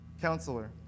Counselor